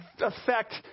affect